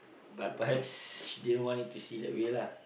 but perhaps she didn't want it to see that way lah